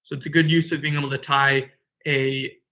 it's a good use of being able to tie a